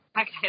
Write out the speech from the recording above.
okay